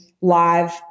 live